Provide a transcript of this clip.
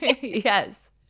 Yes